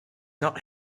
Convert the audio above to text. not